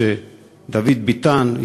ודוד ביטן,